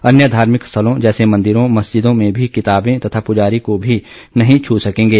अन्य धार्मिक स्थलों जैसे मंदिरों मस्जिदों में भी किताबें तथा पूजारी को भी नहीं छू सकेंगे